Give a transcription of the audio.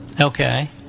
Okay